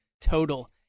total